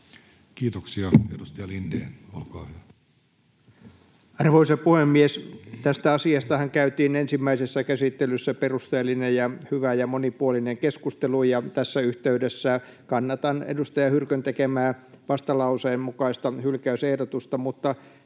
Kiitoksia. — Edustaja Lindén, olkaa hyvä. Arvoisa puhemies! Tästä asiastahan käytiin ensimmäisessä käsittelyssä perusteellinen ja hyvä ja monipuolinen keskustelu. Tässä yhteydessä kannatan edustaja Hyrkön tekemää vastalauseen mukaista hylkäysehdotusta,